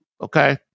Okay